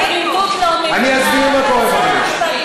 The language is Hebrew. אני אסביר מה קורה פה.